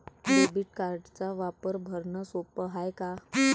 Debit कार्डचा वापर भरनं सोप हाय का?